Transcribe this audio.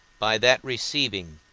by that receiving,